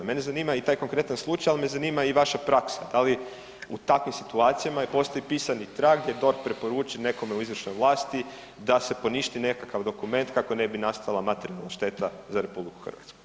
Mene zanima i taj konkretan slučaj, ali me zanima i vaša praksa, da li u takvim situacija postoji pisani trag gdje DORH preporuči nekome u izvršnoj vlasti da se poništi nekakav dokument kako ne bi nastala materijalna šteta za RH?